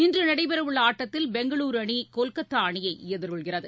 இன்று நடைபெறவுள்ள ஆட்டத்தில் பெங்களுரு அணி கொல்கத்தா அணியை எதிர்கொள்கிறது